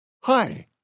Hi